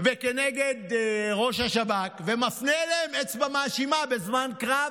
וכנגד ראש השב"כ ומפנה אליהם אצבע מאשימה בזמן קרב,